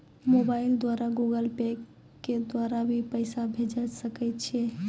Mobile द्वारा Google Pay के द्वारा भी पैसा भेजै सकै छौ?